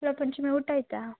hello Panchami ಊಟ ಆಯಿತಾ